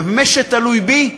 ובמה שתלוי בי,